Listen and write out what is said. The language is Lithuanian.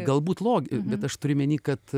galbūt lo bet aš turiu omeny kad